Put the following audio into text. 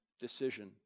decision